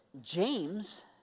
James